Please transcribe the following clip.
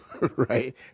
right